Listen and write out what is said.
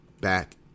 back